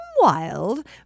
wild